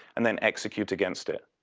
and then execute against it.